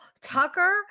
Tucker